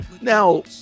now